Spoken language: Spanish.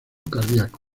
cardíaco